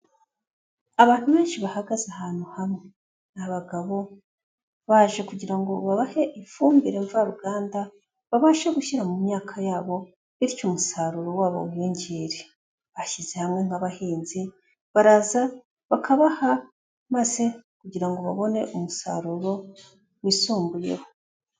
Abantu benshi bahagaze ahantu hamwe ni abagabo baje kugira babahe ifumbire mvaruganda babashe gushyira mu myaka ya bo bityo umusaruro wa bo wiyongere, bashyize hamwe nk'abahinzi baraza bakabaha maze kugira ngo babone umusaruro wisumbuyeho.